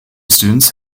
students